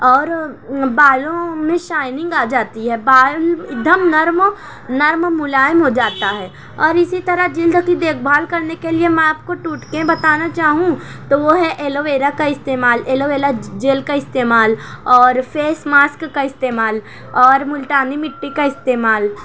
اور بالوں میں شائننگ آ جاتی ہے بال ایک دم نرم نرم ملائم ہو جاتا ہے اور اسی طرح جلد کی دیکھ بھال کرنے کے لیے میں آپ کو ٹوٹکے بتانا چاہوں تو وہ ہے ایلوویرا کا استعمال ایلوویلا جیل کا استعمال اور فیس ماسک کا استعمال اور ملتانی مٹی کا استعمال